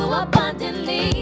abundantly